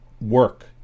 work